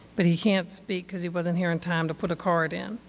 but he can't speak because he wasn't here in time to put a card in.